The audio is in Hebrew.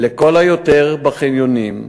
לכל היותר בחניונים.